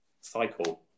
cycle